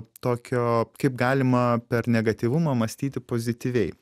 tokio kaip galima per negatyvumą mąstyti pozityviai